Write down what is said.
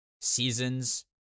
seasons